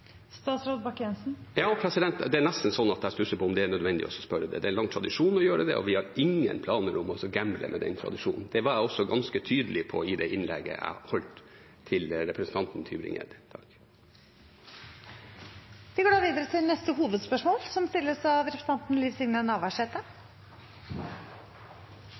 Det er nesten slik at jeg stusser på om det er nødvendig å spørre om det. Det er lang tradisjon for å gjøre det, og vi har ingen planer om å gamble med den tradisjonen. Det var jeg også ganske tydelig på i det svaret jeg ga til representanten Tybring-Gjedde. Vi går videre til neste hovedspørsmål.